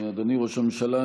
אדוני ראש הממשלה,